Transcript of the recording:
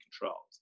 controls